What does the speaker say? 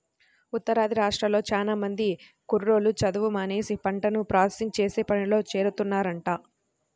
ఉత్తరాది రాష్ట్రాల్లో చానా మంది కుర్రోళ్ళు చదువు మానేసి పంటను ప్రాసెసింగ్ చేసే పనిలో చేరుతున్నారంట